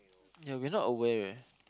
ya we not aware